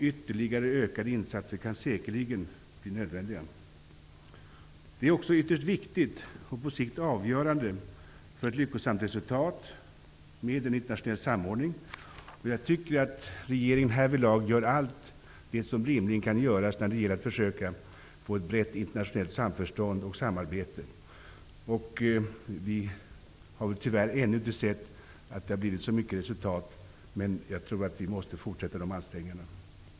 Ytterligare ökade insatser kan säkerligen bli nödvändiga. Det är också ytterst viktigt och på sikt avgörande för ett lyckosamt resultat med en internationell samordning. Jag tycker att regeringen gör allt det som rimligen kan göras när det gäller att försöka få till stånd ett brett internationellt samförstånd och samarbete. Vi har tyvärr ännu inte sett att det skulle ha blivit så mycket resultat. Men jag tror att vi måste fortsätta med dessa ansträngningar.